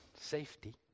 Safety